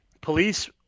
Police